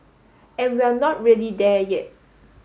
and we're not really there yet